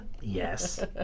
Yes